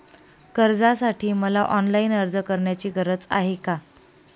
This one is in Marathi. कर्जासाठी मला ऑनलाईन अर्ज करण्याची गरज आहे का?